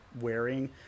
wearing